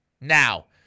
Now